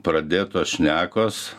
pradėtos šnekos